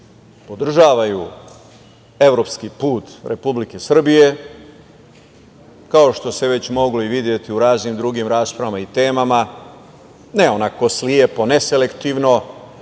podržavaju evropski put Republike Srbije, kao što se već moglo i videti u raznim drugim raspravama i temama, ne onako slepo, neselektivno,